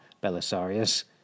Belisarius